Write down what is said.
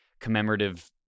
commemorative